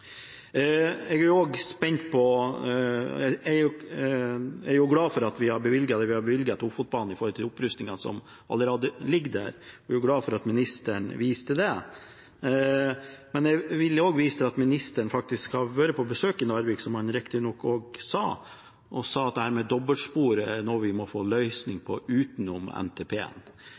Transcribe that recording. jeg ikke minst på det som er sagt av interpellanten om fisk. Jeg er glad for det vi har bevilget til opprustning av Ofotbanen, som allerede ligger der, og jeg er glad for at ministeren viser til det. Men jeg vil også vise til at ministeren faktisk har vært på besøk i Narvik – som han riktignok også sa – og sa at dette med dobbeltspor er noe vi må få en løsning